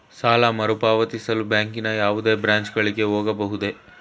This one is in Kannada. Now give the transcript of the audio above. ಸಾಲ ಮರುಪಾವತಿಸಲು ಬ್ಯಾಂಕಿನ ಯಾವುದೇ ಬ್ರಾಂಚ್ ಗಳಿಗೆ ಹೋಗಬಹುದೇ?